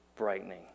brightening